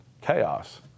chaos